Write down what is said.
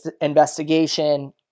investigation